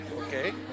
Okay